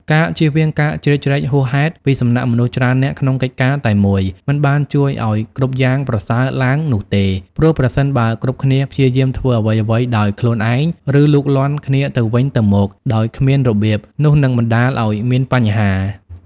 ការជៀសវាងការជ្រៀតជ្រែកហួសហេតុ ពីសំណាក់មនុស្សច្រើននាក់ក្នុងកិច្ចការតែមួយមិនបានជួយឲ្យគ្រប់យ៉ាងប្រសើរឡើងនោះទេ ព្រោះប្រសិនបើគ្រប់គ្នាព្យាយាមធ្វើអ្វីៗដោយខ្លួនឯង ឬលូកលាន់គ្នាទៅវិញទៅមកដោយគ្មានរបៀប នោះនឹងបណ្ដាលឲ្យមានបញ្ហា។